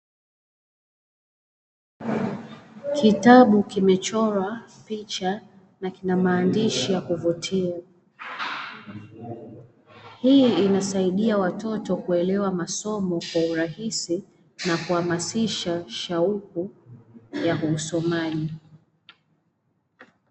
Kitabu kimechorwa picha na kina maandishi ya kuvutia. Hii inasaidia watoto kuelewa masomo kwa urahisi na kuhamasisha shauku ya usomaji.